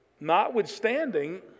notwithstanding